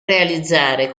realizzare